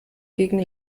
gegen